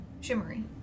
Shimmery